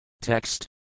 Text